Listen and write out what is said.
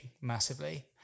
massively